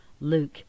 Luke